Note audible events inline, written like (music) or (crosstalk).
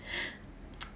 (breath) (noise)